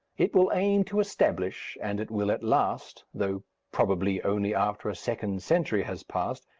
it will aim to establish, and it will at last, though probably only after a second century has passed,